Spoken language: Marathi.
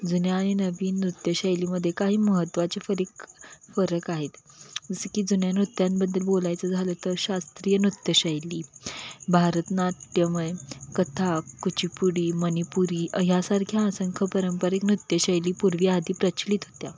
जुन्या आणि नवीन नृत्यशैलीमध्ये काही महत्त्वाचे फरक फरक आहेत जसं की जुन्या नृत्यांबद्दल बोलायचं झालं तर शास्त्रीय नृत्यशैली भरतनाट्यम आहे कथा कुचिपुडी मणिपुरी ह्यासारख्या असंख्य पारंपरिक नृत्यशैली पूर्वी आधी प्रचलित होत्या